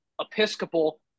Episcopal